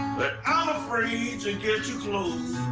but i'm afraid to get too close